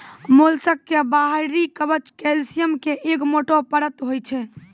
mollusc के बाहरी कवच कैल्सियम के एक मोटो परत होय छै